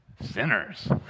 sinners